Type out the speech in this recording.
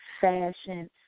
fashion